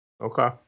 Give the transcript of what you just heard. Okay